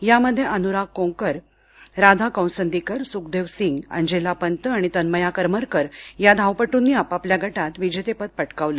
यामध्ये अनुराग कोंकर राधा कौंसदीकर सुखदेव सिंग अंजेला पंत आणि तन्मया करमरकर या धावपट्नी आपापल्या गटात विजेतेपद पटकावलं